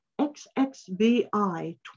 XXVI